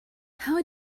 how